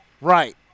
Right